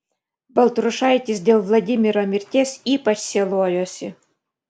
baltrušaitis dėl vladimiro mirties ypač sielojosi